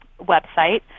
website